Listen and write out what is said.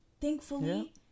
thankfully